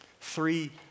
Three